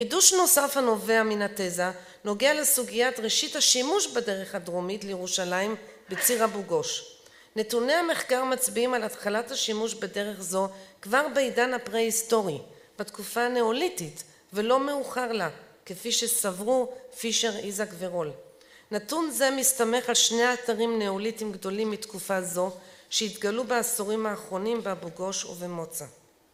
חידוש נוסף הנובע מן התזה, נוגע לסוגיית ראשית השימוש בדרך הדרומית לירושלים בציר אבו גוש. נתוני המחקר מצביעים על התחלת השימוש בדרך זו כבר בעידן הפרה היסטורי, בתקופה הנאוליטית, ולא מאוחר לה, כפי שסברו פישר איזק ורול. נתון זה מסתמך על שני אתרים נאוליטיים גדולים מתקופה זו, שהתגלו בעשורים האחרונים באבו גוש ובמוצא